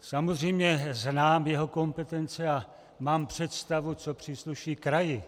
Samozřejmě znám jeho kompetence a mám představu, co přísluší kraji.